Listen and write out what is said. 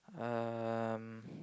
um